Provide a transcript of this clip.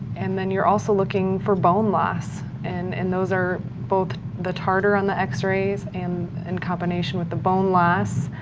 and then you're also looking for bone loss, and and those are both the tartar on the x-rays and in combination with the bone loss